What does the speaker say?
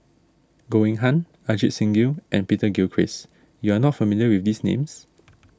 Goh Eng Han Ajit Singh Gill and Peter Gilchrist you are not familiar with these names